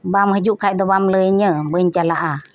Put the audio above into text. ᱵᱟᱢ ᱦᱤᱡᱩᱜ ᱠᱷᱟᱱ ᱫᱚ ᱵᱟᱢ ᱞᱟᱹᱭᱟᱹᱧᱟ ᱵᱟᱹᱧ ᱪᱟᱞᱟᱜᱼᱟ